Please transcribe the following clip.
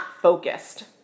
focused